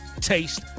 taste